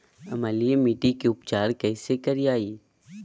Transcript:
अम्लीय मिट्टी के उपचार कैसे करियाय?